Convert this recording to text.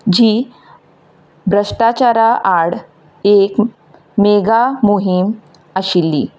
जी भ्रश्टाचारा आड एक मॅगा मोहिम आशिल्ली